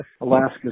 Alaska